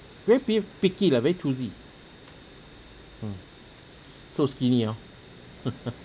very p~ picky lah very choosy mm so skinny hor